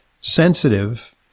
sensitive